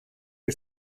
que